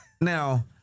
Now